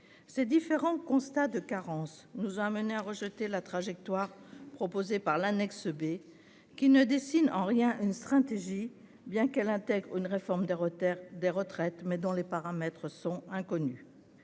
Ces différents constats de carence nous ont conduits à rejeter la trajectoire proposée par l'annexe B, qui ne dessine en rien une stratégie, bien qu'elle intègre une réforme des retraites, mais dont les paramètres sont inconnus.